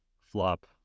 flop